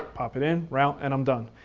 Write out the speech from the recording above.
pop it in, route, and i'm done.